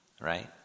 right